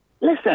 Listen